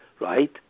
right